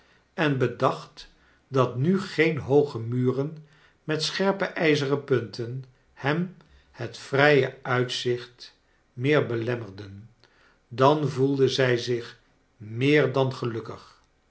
en bedacht dat nu geen hooge muren met scherpe ijzeren punten hem het vrije uitzicht meer belemmerden dan voelde zij zich meer dan gelukkig